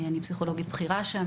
אני פסיכולוגית בכירה שם,